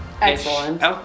Excellent